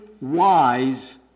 wise